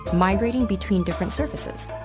migrating between different surfaces.